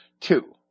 Two